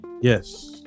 yes